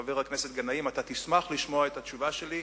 חבר הכנסת גנאים, אתה תשמח לשמוע את התשובה שלי,